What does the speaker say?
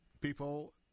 People